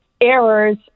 errors